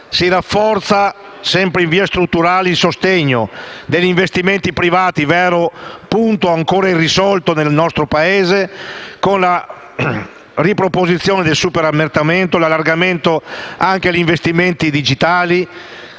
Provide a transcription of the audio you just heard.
Si rafforza, sempre in via strutturale il sostegno agli investimenti privati, vero punto ancora irrisolto nel nostro Paese, con la riproposizione del superammortamento (con un allargamento anche agli investimenti digitali),